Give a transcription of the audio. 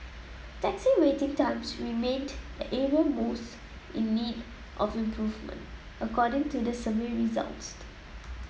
taxi waiting times remained the area most in need of improvement according to the survey results